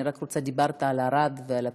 דיברת על ערד ועל הפריפריה.